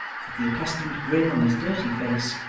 with the accustomed grin on his dirty face,